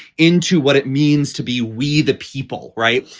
into what it means to be we, the people. right.